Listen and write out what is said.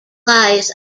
lies